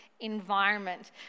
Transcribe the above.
environment